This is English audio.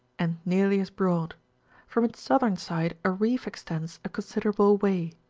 and nearly as broad from its southern side a reef extends a considerable way.